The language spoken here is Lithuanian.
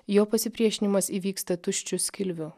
jo pasipriešinimas įvyksta tuščiu skilviu